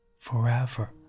forever